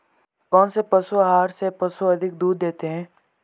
कौनसे पशु आहार से पशु अधिक दूध देते हैं?